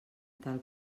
tal